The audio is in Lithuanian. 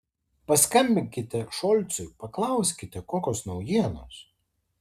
paskambinkite šolcui paklauskite kokios naujienos